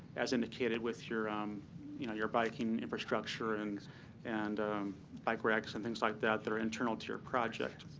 as indicated with your um you know your biking infrastructure and and bike racks and things like that that are internal to your project.